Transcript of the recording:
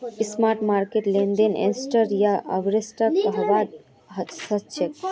spot market लेनदेन exchange या over the counter हवा सक्छे